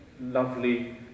lovely